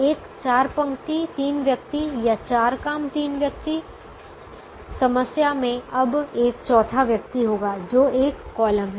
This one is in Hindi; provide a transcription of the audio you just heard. एक चार पंक्ति तीन व्यक्ति या चार काम तीन व्यक्ति समस्या मे अब एक चौथा व्यक्ति होगा जो एक कॉलम है